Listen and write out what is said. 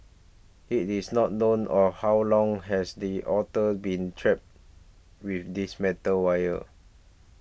it is not known or how long has the otter been trapped with this metal wire